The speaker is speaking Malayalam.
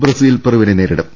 ബ്രസീൽ പെറുവിനെ നേരിടും